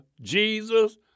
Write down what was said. Jesus